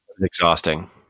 Exhausting